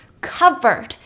covered